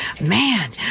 Man